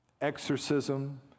exorcism